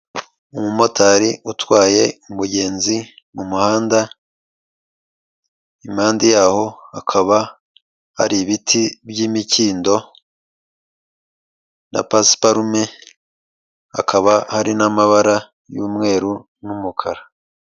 Umumotari utwaye umugenzi mu muhanda impande yaho hakaba hari ibiti by'imikindo na pasiparume hakaba hari n'amabara y'umweru n'umukara.